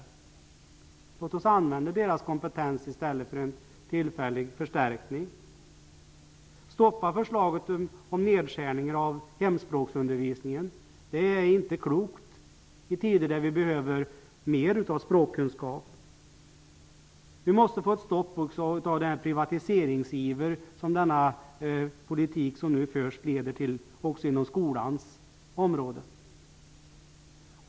Deras kompetens kan i stället användas till en tillfällig förstärkning. Vi måste stoppa förslaget om nedskärningar i hemspråksundervisningen. Det är inte klokt att man skär ned i tider då vi behöver mer språkkunskap. Vi måste få ett stopp på den privatiseringsiver som den nu förda politiken leder till också inom skolans område.